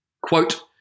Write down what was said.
Quote